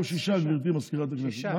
שבעה או שישה, גברתי מזכירת הכנסת.